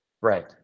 Right